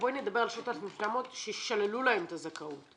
נדבר על ה -3,700 ששללו להן את הזכאות.